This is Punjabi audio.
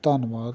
ਧੰਨਵਾਦ